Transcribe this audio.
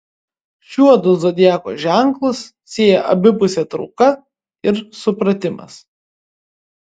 šiuodu zodiako ženklus sieja abipusė trauka ir supratimas